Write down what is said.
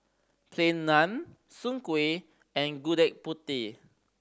Plain Naan Soon Kueh and Gudeg Putih